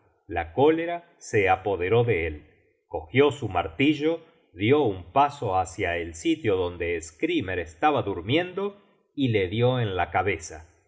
la cólera se apoderó de él cogió su martillo dió un paso hácia el sitio donde skrymer estaba durmiendo y le dió en la cabeza